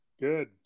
Good